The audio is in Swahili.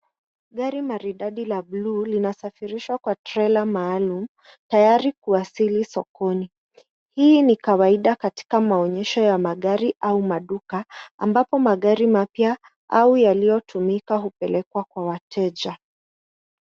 Gari maridadi la bluu linasafirishwa kwa trela maalum tayari kuwasili sokoni. Hii ni kawaida katika maonyesho ya magari au maduka ambapo magari mapya au yaliyotumika hupelekwa kwa wateja.